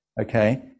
Okay